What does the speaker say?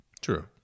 true